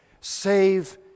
Save